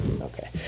Okay